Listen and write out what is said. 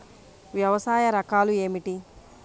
వ్యవసాయ రకాలు ఏమిటి?